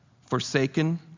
forsaken